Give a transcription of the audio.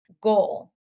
goal